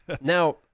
Now